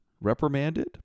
reprimanded